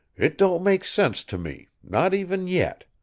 it don't make sense to me, not even yet.